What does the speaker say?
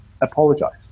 apologize